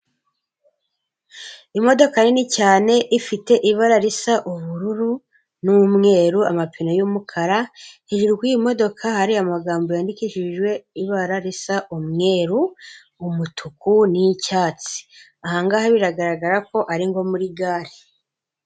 Imodoka nini cyane ifite ibara risa ubururu n'umweru amapine y'umukara, hejuru kuri iyi imodoka hari amagambo yandikishijwe ibara risa umweru, umutuku n'icyatsi, aha ngaha biragaragara ko ari nko muri gare.